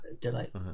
delight